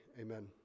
amen